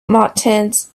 martians